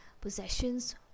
possessions